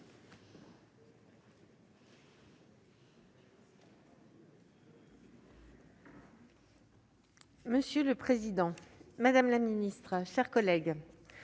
Monsieur le président, madame la ministre, mes chers collègues,